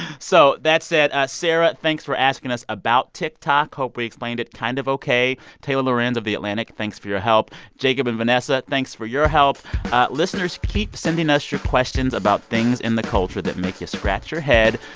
so that said, sarah, thanks for asking us about tiktok. hope we explained it kind of ok. taylor lorenz of the atlantic, thanks for your help. jacob and vanessa, thanks for your help listeners, keep sending us your questions about things in the culture that make you scratch your head.